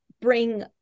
bring